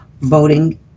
voting